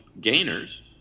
gainers